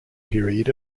period